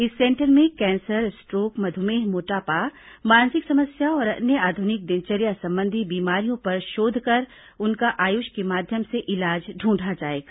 इस सेंटर में cancer stroke मध्मेह मोटापा मानसिक समस्या और अन्य आध्रनिक दिनचर्या संबंधी बीमारियों पर शोध कर उनका आयुष के माध्यम से इलाज ढूंढा जाएगा